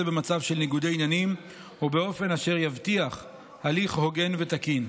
במצב של ניגודי עניינים ובאופן אשר יבטיח הליך הוגן ותקין.